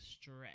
stretch